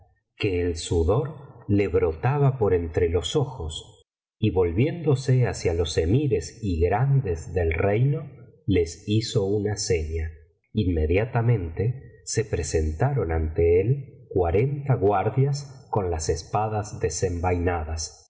que el sudor le brotaba por entre los ojos y volviéndose hacia los emires y grandes del reino les hizo una seña inmediatamente se presentaron ante él cuarenta guardias con las espadas desenvainadas